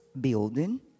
building